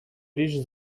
речь